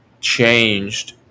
changed